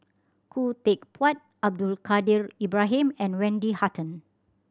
Khoo Teck Puat Abdul Kadir Ibrahim and Wendy Hutton